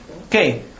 Okay